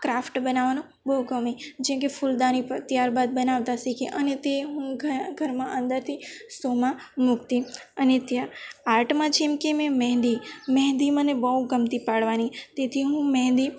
craft બનાવવાનો બહુ ગમે જેમકે ફૂલદાની ત્યારબાદ બનાવતા શીખી અને તે હું ઘરમાં અંદરથી શૉમાં મુકતી અને ત્યાં આર્ટમાં જેમકે મેં મહેંદી મહેંદી મને બહુ ગમતી પાડવાની તેથી હું મહેંદી